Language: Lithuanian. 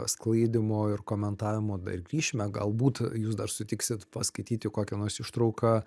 sklaidymo ir komentavimo dar grįšime galbūt jūs dar sutiksit paskaityti kokią nors ištrauką